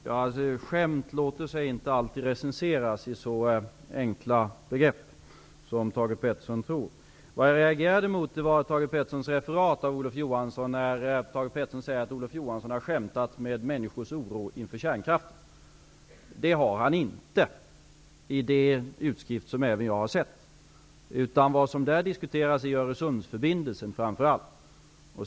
Fru talman! Skämt låter sig inte alltid recenseras i så enkla begrepp som Thage Peterson tror. Vad jag reagerade mot var Thage Petersons referat av Olof Johanssons uttalande, när Thage Peterson säger att Olof Johansson har skämtat med människors oro inför kärnkraften. Det har han inte gjort i den utskrift som även jag har sett. Vad som där diskuteras är framför allt Öresundsförbindelsen.